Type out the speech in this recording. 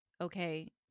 okay